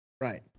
Right